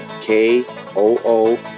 K-O-O